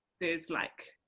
there's like,